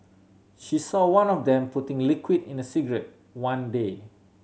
she saw one of them putting liquid in a cigarette one day